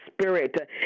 spirit